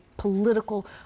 political